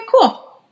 cool